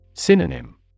Synonym